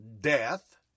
death